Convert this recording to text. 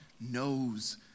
knows